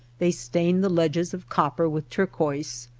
they stain the ledges of cop per with turquoise,